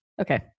Okay